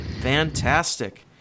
fantastic